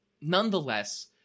Nonetheless